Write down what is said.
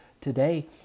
today